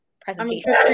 presentation